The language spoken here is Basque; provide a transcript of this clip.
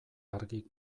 argi